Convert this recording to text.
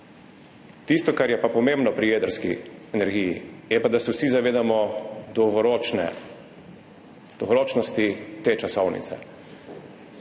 Tisto, kar je pomembno pri jedrski energiji, je pa, da se vsi zavedamo dolgoročnosti te časovnice.